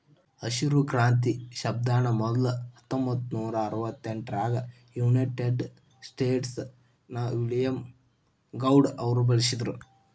ಹಸಿರು ಕ್ರಾಂತಿ ಶಬ್ದಾನ ಮೊದ್ಲ ಹತ್ತೊಂಭತ್ತನೂರಾ ಅರವತ್ತೆಂಟರಾಗ ಯುನೈಟೆಡ್ ಸ್ಟೇಟ್ಸ್ ನ ವಿಲಿಯಂ ಗೌಡ್ ಅವರು ಬಳಸಿದ್ರು